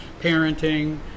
parenting